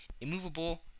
immovable